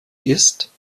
ist